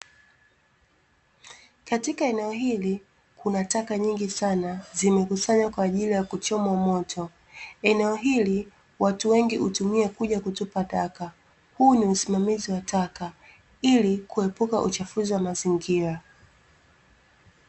Katika eneo hili kuna taka nyingi sana zimekusanywa kwa ajili ya kuchomwa moto. AEneo hili watu wengi hutumia kuja kutupa taka, huu ni usimamizi wa taka ili kuepuka uchafuzi wa mazingira.